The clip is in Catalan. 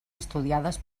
estudiades